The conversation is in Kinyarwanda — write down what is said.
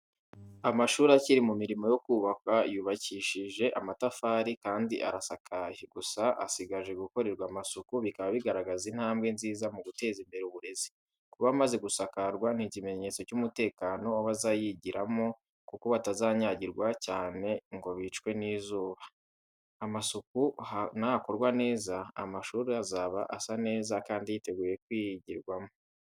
Amashuri akiri mu mirimo yo kubakwa yubakishije amatafari kandi arasakaye, gusa asigaje gukorerwa amasuku. Bikaba bigaragaza intambwe nziza mu guteza imbere uburezi. Kuba amaze gusakarwa ni ikimenyetso cy’umutekano w’abazayigiramo, kuko batazanyagirwa cyangwa ngo bicwe n'izuba. Amasuku nakorwa neza, amashuri azaba asa neza kandi yiteguye kwigirwamo.